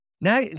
Now